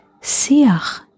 Siach